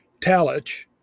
Talich